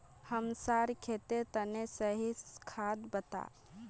हमसार खेतेर तने सही खाद बता